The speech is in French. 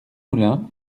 moulin